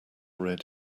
red